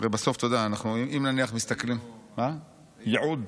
ובסוף, אתה יודע, אם נניח מסתכלים, ייעוד,